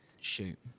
Shoot